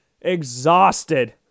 exhausted